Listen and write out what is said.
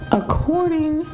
according